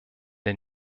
der